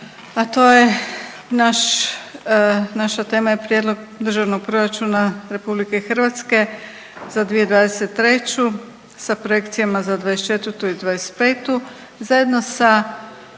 a to je naš, naša tema je Prijedlog Državnog proračuna Republike Hrvatske za 2023. sa projekcijama za 2024. i 2025.